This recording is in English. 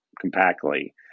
compactly